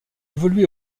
évoluait